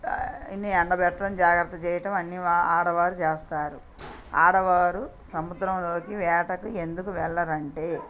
ఇవ్వన్ని ఎండబెట్టడం జాగ్రత్త చేయటం అన్నీ ఆడవారు చేస్తారు ఆడవారు సముద్రంలోకి వేటకి ఎందుకు వెళ్ళరంటే